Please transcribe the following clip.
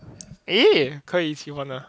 eh 可以玩